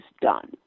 done